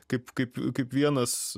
kaip kaip kaip vienas